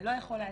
לא יכול להצביע.